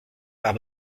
pare